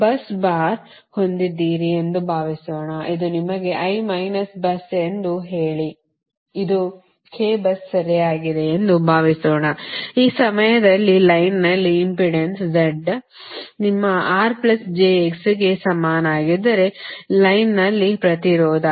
bus bar ಹೊಂದಿದ್ದೀರಿ ಎಂದು ಭಾವಿಸೋಣ ಇದು ನಿಮಗೆ i bus ಎಂದು ಹೇಳಿ ಮತ್ತು ಇದು k bus ಸರಿಯಾಗಿದೆ ಎಂದು ಭಾವಿಸೋಣ ಈ ಸಮಯದಲ್ಲಿ ಲೈನ್ನನಲ್ಲಿ ಇಂಪೆಡೆನ್ಸ್ z ನಿಮ್ಮ rjx ಗೆ ಸಮನಾಗಿದ್ದರೆ ಲೈನ್ನನಲ್ಲಿ ಪ್ರತಿರೋಧ